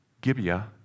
Gibeah